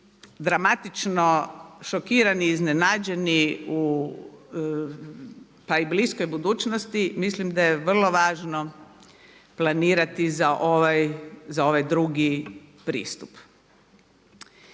dramatično šokirani i iznenađeni pa i bliskoj budućnosti mislim da je vrlo važno planirati za ovaj drugi pristup.